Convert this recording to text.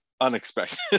unexpected